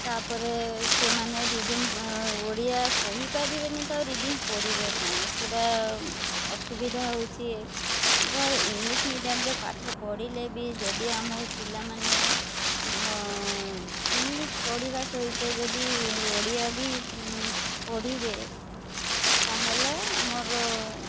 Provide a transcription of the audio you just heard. ତା'ପରେ ସେମାନେ ରିଡ଼ିଂ ଓଡ଼ିଆ କହିପାରିବେନି ତ ରିଡ଼ିଂ ପଢ଼ିବେ କ'ଣ ସେଇଟା ଅସୁବିଧା ହେଉଛି ଇଂଲିଶ୍ ମିଡ଼ିୟମ୍ରେ ପାଠ ପଢ଼ିଲେ ବି ଯଦି ଆମ ପିଲାମାନେ ଇଂଲିଶ୍ ପଢ଼ିବା ସହିତ ଯଦି ଓଡ଼ିଆ ବି ପଢ଼ିବେ ତା'ହେଲେ ଆମର